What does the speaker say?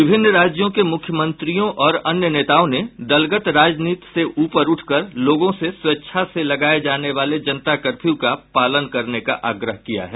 विभिन्न राज्यों के मूख्यमंत्रियों और अन्य नेताओं ने दल गत राजनीति से ऊपर उठकर लोगों से स्वेच्छा से लगाये जाने वाले जनता कर्फ्यू का पालन करने का आग्रह किया है